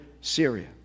Syria